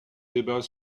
débat